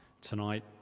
tonight